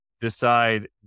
decide